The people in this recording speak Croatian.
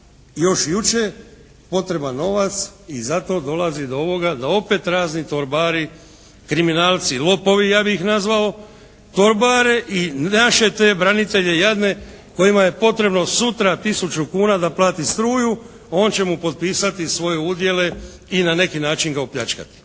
još jučer potreban novac i zato dolazi do ovoga da opet razni torbari, kriminalci, lopovi ja bi ih nazvao torbare i naše te branitelje jadne kojima je potrebno sutra tisuću kuna da plati struju, on će mu potpisati svoje udjele i na neki način ga opljačkati.